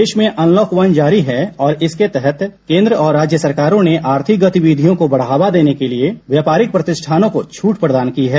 देश में unlock one जारी है और इसके तहत केंद्र और राज्य सरकारों ने आर्थिक गतिविधियों को बढ़ावा देने के लिए व्यापारिक प्रतिष्ठानों को छूट प्रदान की है